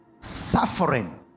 suffering